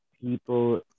people